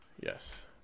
Yes